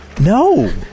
No